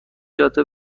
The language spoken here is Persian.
جاده